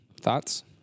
Thoughts